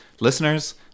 listeners